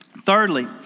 Thirdly